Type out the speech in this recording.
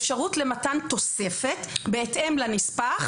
אפשרות למתן תוספת בהתאם לנספח